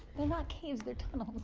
they're not caves, they're tunnels.